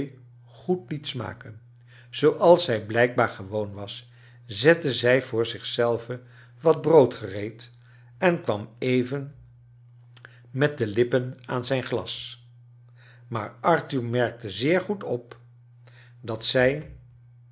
goed liet smaken zooals zij blrjkbaar gewoon was zette zij voor zich zelve wat brood gereed en kwam even met de lippen aan zijn glas maar arthur merkte zeer goed op dat zij